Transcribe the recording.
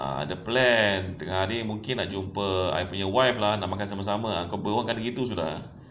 ah ada plan tengah hari mungkin nak jumpa I punya wife nak makan sama-sama kau bohongkan gitu sudah